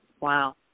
Wow